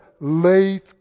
Late